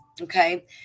okay